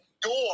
door